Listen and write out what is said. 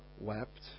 wept